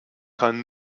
kann